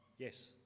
Yes